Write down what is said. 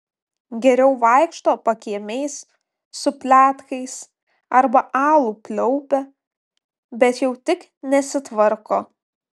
geriau vaikšto pakiemiais su pletkais arba alų pliaupia bet jau tik nesitvarko